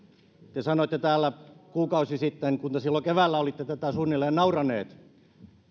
te sanoitte täällä kuukausi sitten kun te silloin keväällä olitte tätä suunnilleen nauraneet